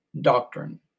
doctrine